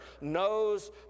knows